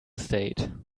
state